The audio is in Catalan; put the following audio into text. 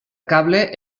cable